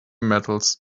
metals